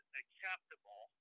acceptable